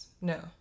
no